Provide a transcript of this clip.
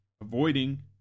avoiding